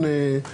אנחנו